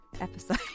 episode